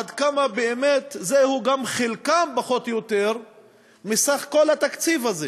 עד כמה באמת זה גם חלקם פחות או יותר בסך כל התקציב הזה,